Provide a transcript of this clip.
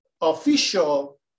official